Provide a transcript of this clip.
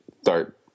start